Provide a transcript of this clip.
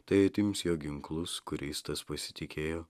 tai atims jo ginklus kuriais tas pasitikėjo